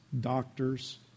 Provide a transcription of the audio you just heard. doctors